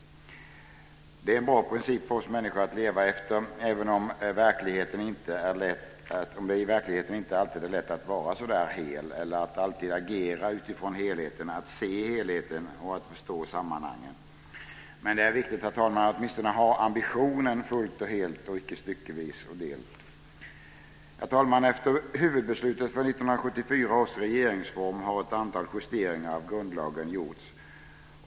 Det är en bra princip för oss människor att leva efter, även om det i verkligheten inte alltid är lätt att vara så där hel eller att alltid agera utifrån helheten, att se helheten, att förstå sammanhangen. Men det är viktigt, herr talman, att åtminstone ha ambitionen Efter huvudbeslutet för 1974 års regeringsform har ett antal justeringar av grundlagen gjorts.